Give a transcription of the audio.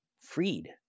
freed